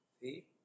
See